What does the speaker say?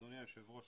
אדוני היושב ראש,